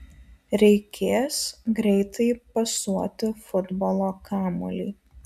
reikės greitai pasuoti futbolo kamuolį